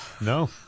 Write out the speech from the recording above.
No